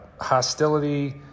hostility